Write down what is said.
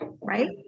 Right